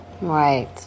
right